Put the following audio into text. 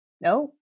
No